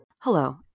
Hello